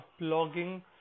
blogging